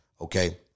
okay